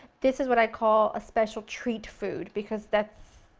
this is what i call a special treat food, because that